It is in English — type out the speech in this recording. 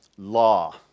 Law